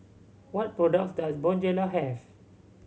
what products does Bonjela have